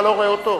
אתה לא רואה אותו?